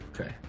Okay